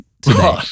today